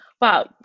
Wow